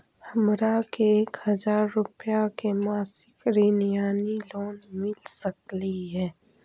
हमरा के एक हजार रुपया के मासिक ऋण यानी लोन मिल सकली हे?